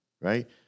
right